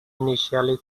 initially